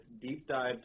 deep-dive